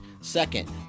Second